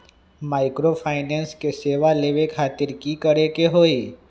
Microfinance के सेवा लेबे खातीर की करे के होई?